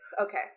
Okay